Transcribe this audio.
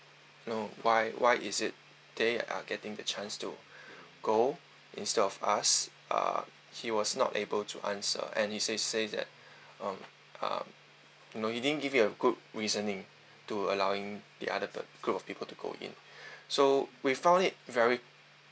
you know why why is it they are getting the chance to go instead of us uh he was not able to answer and he just say that um um no he didn't give you a good reasoning to allowing the other group of people to go in so we found it very